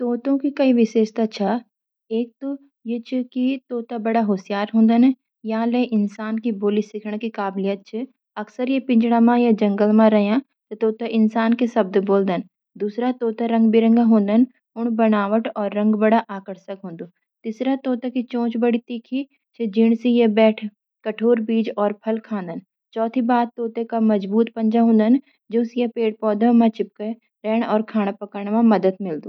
तोतों (तोता पक्षी) की कइ विशेषता च। एक तो, ये चा कि तोते बड़ा होशियार हुंदन। यां एला इंसान की बोली सिखणे की काबिलियत च। अकसर ये पिंजड़ा मा या जंगल मा रया तोते इंसान के शब्द बोलदन। दूसरा, तोते रंग-बिरंगे हुंदन, उनू बणावट और रंग बड़ा आकर्षक हुंदुं। तीसरा, तोते का चोंच बड़ी तीखी च, जिण से ये बठ कठोर बीज और फल खाण्दन। चौथी बात, तोते का मजबूत पंजा हुंदन जण से ये पेड़-पौंध मा चिपकी रैन और खाना पकड़ण मा मदद मिल्दुं।